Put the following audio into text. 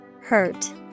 Hurt